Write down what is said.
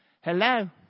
Hello